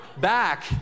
back